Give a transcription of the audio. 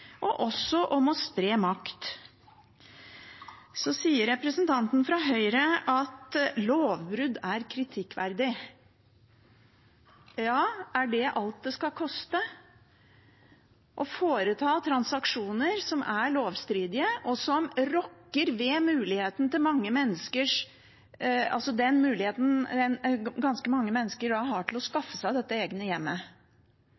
og om å spre makt. Så sier representanten fra Høyre at lovbrudd er kritikkverdig. Ja, er det alt det skal koste å foreta transaksjoner som er lovstridige, og som rokker ved den muligheten ganske mange